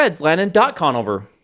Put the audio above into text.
landon.conover